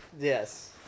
Yes